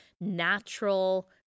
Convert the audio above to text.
natural